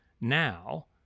now